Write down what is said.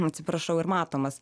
atsiprašau ir matomas